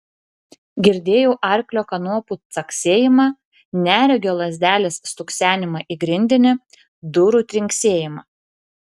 girdėjau arklio kanopų caksėjimą neregio lazdelės stuksenimą į grindinį durų trinksėjimą